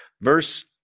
Verse